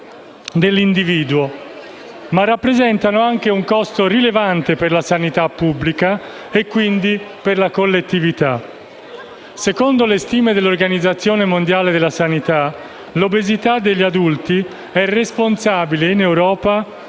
dell'individuo, ma rappresentano anche un costo rilevante per la sanità pubblica e, quindi, per la collettività. Secondo le stime dell'Organizzazione mondiale della sanità, l'obesità negli adulti è responsabile in Europa